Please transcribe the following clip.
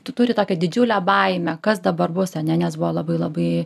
tu turi tokią didžiulę baimę kas dabar bus ane nes buvo labai labai